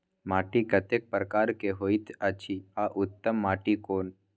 माटी कतेक प्रकार के होयत अछि आ उत्तम माटी कोन?